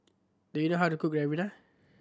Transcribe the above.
do you know how to cook Ribena